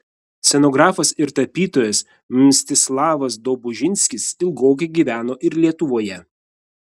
scenografas ir tapytojas mstislavas dobužinskis ilgokai gyveno ir lietuvoje